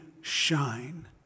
shine